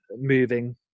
moving